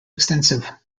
extensive